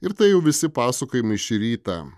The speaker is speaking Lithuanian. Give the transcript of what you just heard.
ir tai jau visi pasakojimai šį rytą